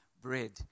bread